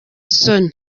isoni